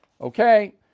Okay